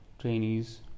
trainees